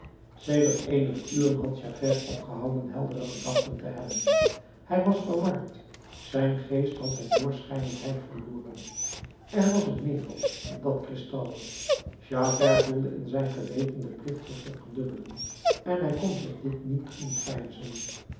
sedert eenige uren had javert opgehouden heldere gedachten te hebben hij was verward zijn geest had zijn doorschijnendheid verloren er was een nevel in dat kristal javert voelde in zijn geweten den plicht zich verdubbelen en hij kon zich dit niet ontveinzen